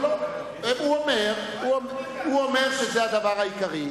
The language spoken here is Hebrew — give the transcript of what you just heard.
הוא אומר שזה הדבר העיקרי,